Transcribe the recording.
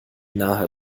naher